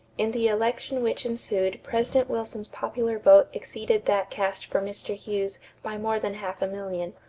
in the election which ensued president wilson's popular vote exceeded that cast for mr. hughes by more than half a million,